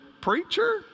preacher